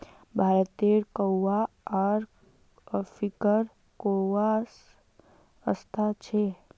भारतेर कोकोआ आर अफ्रीकार कोकोआ स सस्ता छेक